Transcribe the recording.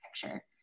picture